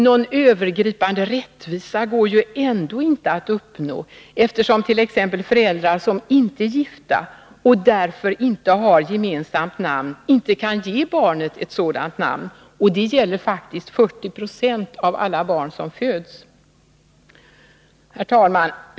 Någon övergripande rättvisa går ju ändå inte att uppnå, eftersom t.ex. föräldrar som inte är gifta och som därför inte har gemensamt namn inte kan ge barnet ett sådant namn. Detta gäller faktiskt 40 90 av alla barn som föds. Herr talman!